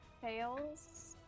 fails